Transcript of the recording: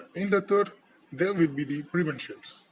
in the third there will be the preventions